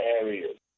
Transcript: areas